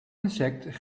insect